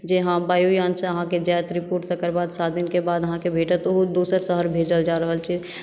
जे हँ वायुयान से अहाँकेँ जायत रिपोर्ट तकर बाद सात दिनके बाद अहाँकेँ भेटत तऽ ओ दोसर शहर भेजल जा रहल अछि